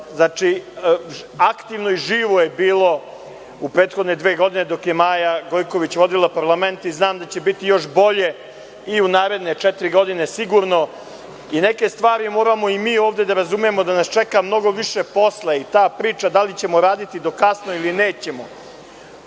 aktivno i živo je bilo u prethodne dve godine dok je Maja Gojković vodila parlament i znam da će biti još bolje i u naredne četiri godine sigurno. Neke stvari moramo i mi ovde da razumemo nas čeka mnogo više posla i ta priča da li ćemo raditi do kasno ili nećemo.